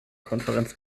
konferenz